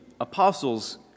apostles